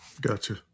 Gotcha